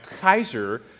Kaiser